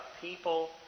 people